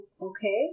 Okay